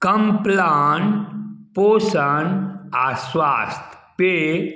Complan पोषण आ स्वास्थ्य पेय